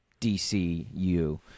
dcu